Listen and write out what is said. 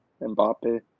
Mbappe